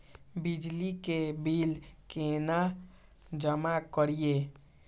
बिजली के बिल केना जमा करिए?